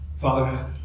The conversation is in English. Father